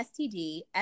STD